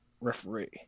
referee